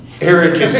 Eric